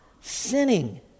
sinning